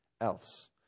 else